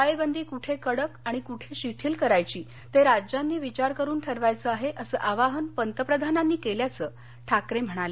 टाळेबंदी कुठे कडक आणि कुठे शिथिल करायची ते राज्यांनी विचार करून ठरवायचं आहे असं आवाहन पंतप्रधानांनी केल्याचं ठाकरे म्हणाले